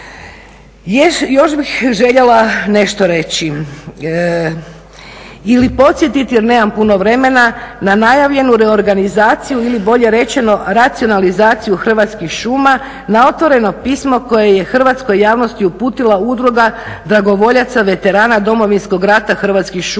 Još bih željela nešto reći ili podsjetiti jer nemam puno vremena na najavljenu reorganizaciju ili bolje rečeno racionalizaciju Hrvatskih šuma na otvoreno pismo koje je hrvatskoj javnosti uputila udruga dragovoljaca veterana Domovinskog rata Hrvatskih šuma,